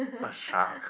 a shark